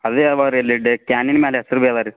ಅದೇ ಇವೆ ರೀ ಲಿಡ್ಡೆ ಕ್ಯಾನಿನ ಮ್ಯಾಲೆ ಹೆಸರು ಅವಾರಿ